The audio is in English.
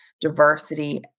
diversity